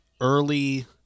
early